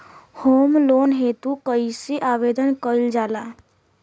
Home loan हेतु कइसे आवेदन कइल जाला?